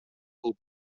кылып